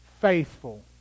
faithful